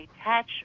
attach